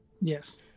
yes